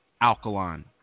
alkaline